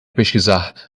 pesquisar